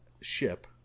ship